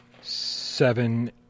seven